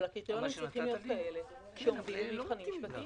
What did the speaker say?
אבל הקריטריונים צריכים להיות כאלה שעומדים במבחנים משפטיים.